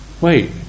wait